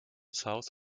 south